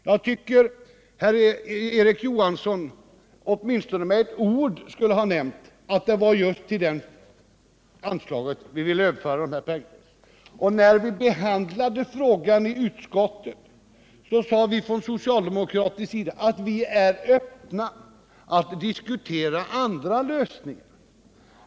Jag tycker att Erik Johansson åtminstone med ett ord kunde ha nämnt till vilket anslag vi ville överföra de pengar det gäller. När utskottet behandlade frågan sade vi från socialdemokratisk sida att vi är öppna för att diskutera andra lösningar.